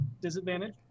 Disadvantage